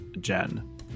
Jen